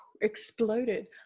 exploded